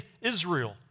Israel